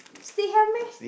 still have meh